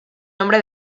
nombre